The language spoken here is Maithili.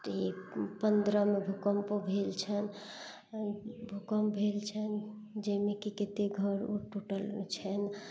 पन्द्रहमे भूकम्पो भेल छै भूकम्प भेल छै जाहिमे कि कतेक घर ओ टुटल छै